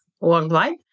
worldwide